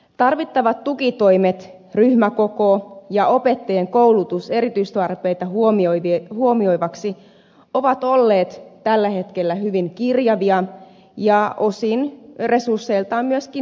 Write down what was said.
tarvittavat tukitoimet ryhmäkoko ja opettajien koulutus erityistarpeita huomioivaksi ovat olleet tällä hetkellä hyvin kirjavia ja osin resursseiltaan myöskin niukkoja